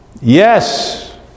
Yes